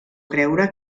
creure